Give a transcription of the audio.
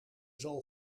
zool